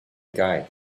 guide